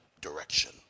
direction